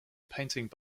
painting